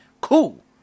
cool